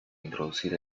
introducir